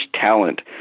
talent